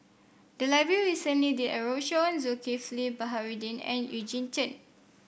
the library recently did a roadshow on Zulkifli Baharudin and Eugene Chen